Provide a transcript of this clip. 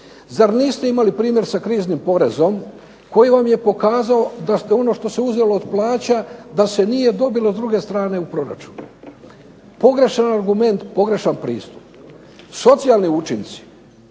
Zar niste imali primjer sa kriznim porezom koji vam je pokazao da ste ono što se uzelo od plaća da se nije dobilo s druge strane u proračun? Pogrešan argument, pogrešan pristup. Socijalni učinci